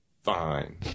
Fine